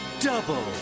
double